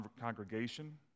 congregation